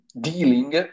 dealing